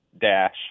dash